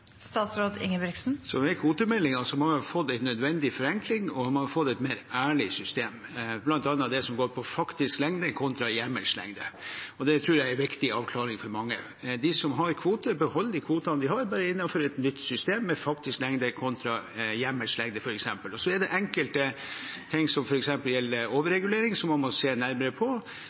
fått en nødvendig forenkling, og man har fått et mer ærlig system, bl.a. det som går på faktisk lengde kontra hjemmelslengde. Det tror jeg er en viktig avklaring for mange. De som har kvoter, beholder de kvotene de har, bare innenfor et nytt system, med f.eks. faktisk lengde kontra hjemmelslengde. Så er det enkelte ting som gjelder overregulering, man må se nærmere på.